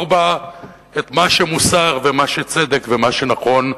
בה את מה שמוסרי ומה שצודק ומה שנכון,